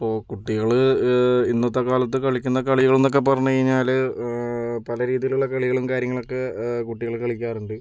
ഇപ്പോൾ കുട്ടികൾ ഇന്നത്തെ കാലത്ത് കളിയ്ക്കണ കളികൾ എന്നൊക്കെ പറഞ്ഞ് കഴിഞ്ഞാൽ പല രീതിയിലുള്ള കളികളും കാര്യങ്ങളൊക്കെ കുട്ടികൾ കളിയ്ക്കാറുണ്ട്